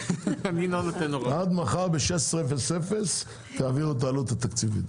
עד מחר ב-16:00 תעבירו את העלות התקציבית.